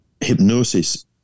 hypnosis